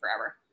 forever